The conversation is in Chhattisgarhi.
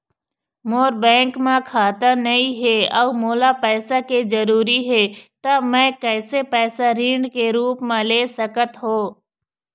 मोर बैंक म खाता नई हे अउ मोला पैसा के जरूरी हे त मे कैसे पैसा ऋण के रूप म ले सकत हो?